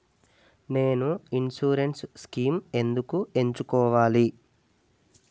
నేను insurance schemes ఎందుకు ఎంచుకోవాలి?